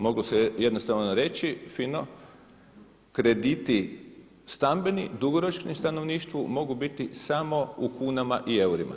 Mogu se jednostavno reći fino krediti stambeni, dugoročni stanovništvu mogu biti samo u kunama i eurima.